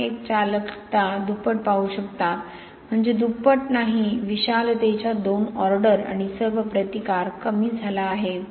1 टक्के चालकता दुप्पट पाहू शकता म्हणजे दुप्पट नाही विशालतेच्या दोन ऑर्डर आणि सर्व प्रतिकार कमी झाला आहे